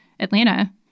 Atlanta